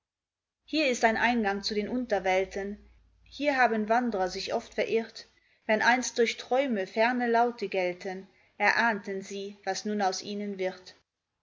hier ist ein eingang zu den unterwelten hier haben wanderer sich oft verirrt wenn einst durch träume ferne laute gellten erahnten sie was nun aus ihnen wird